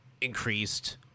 increased